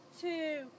two